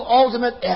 ultimate